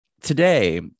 today